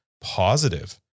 positive